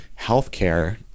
healthcare